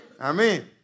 Amen